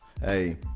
Hey